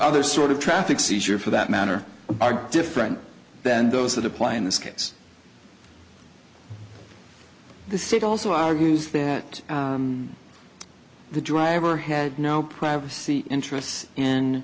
other sort of traffic seizure for that matter are different than those that apply in this case the city also argues that the driver had no privacy interests